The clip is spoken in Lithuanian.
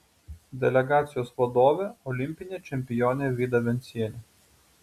delegacijos vadovė olimpinė čempionė vida vencienė